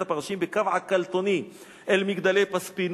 הפרשים בקו עקלתוני אל מגדלי פספינוס",